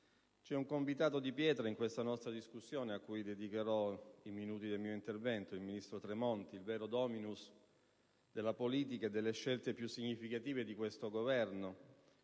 c'è un convitato di pietra a cui dedicherò i minuti del mio intervento: il ministro Tremonti, il vero *dominus* della politica e delle scelte più significative di questo Governo,